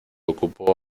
ocupó